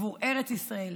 עבור ארץ ישראל,